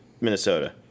minnesota